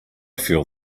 feel